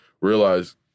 realize